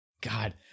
God